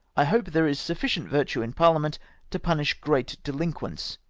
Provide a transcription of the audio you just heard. i hope there is sufficient virtue in parliament to punish great delinquents,